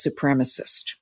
supremacist